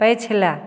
पछिला